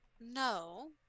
No